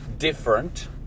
Different